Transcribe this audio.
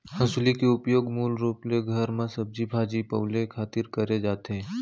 हँसुली के उपयोग मूल रूप के घर म सब्जी भाजी पउले खातिर करे जाथे